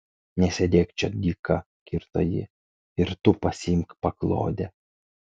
nesėdėk čia dyka kirto ji ir tu pasiimk paklodę